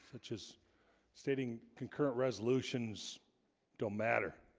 which is stating concurrent resolutions don't matter